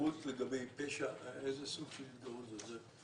ההתגרות לגבי פשע, באיזה סוג של התגרות מדובר?